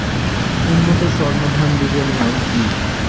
উন্নত সর্ন ধান বীজের নাম কি?